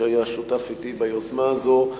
שהיה שותף אתי ביוזמה הזאת,